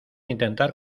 intentar